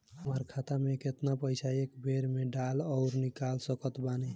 हमार खाता मे केतना पईसा एक बेर मे डाल आऊर निकाल सकत बानी?